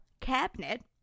cabinet